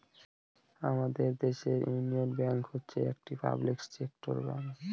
আমাদের দেশের Union Bank হচ্ছে একটি পাবলিক সেক্টর ব্যাঙ্ক